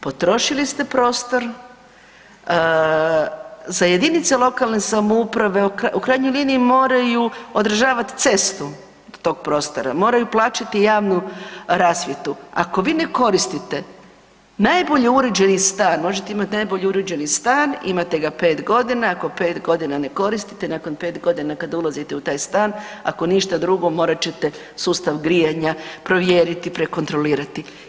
Potrošili ste prostor, za jedinice lokalne samouprave u krajnjoj liniji, moraju održavati cestu tog prostora, moraju plaćati javnu rasvjetu, ako vi ne koristite, najbolje uređeni stan, možete imati najbolje uređeni stan, imate ga 5 godina, ako 5 godina ne koristite, nakon 5 godina kad ulazite u taj stan, ako ništa drugo, morat ćete sustav grijanja provjeriti, prekontrolirati.